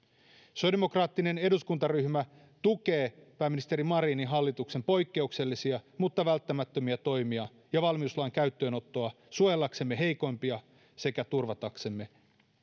sosiaalidemokraattinen eduskuntaryhmä tukee pääministeri marinin hallituksen poikkeuksellisia mutta välttämättömiä toimia ja valmiuslain käyttöönottoa suojellaksemme heikoimpia sekä turvataksemme